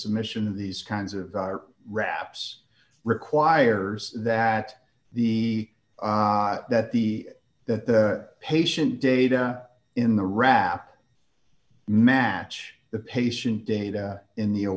submission of these kinds of wraps requires that the that the that the patient data in the rap match the patient data in